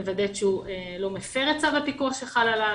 מוודאת שהוא לא מפר את צו הפיקוח שחל עליו.